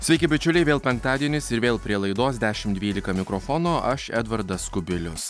sveiki bičiuliai vėl penktadienis ir vėl prie laidos dešimt dvylika mikrofono aš edvardas kubilius